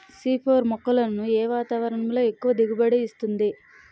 C four మొక్కలను ఏ వాతావరణంలో ఎక్కువ దిగుబడి ఇస్తుంది?